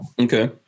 Okay